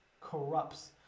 corrupts